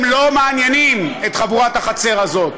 הם לא מעניינים את חבורת החצר הזאת.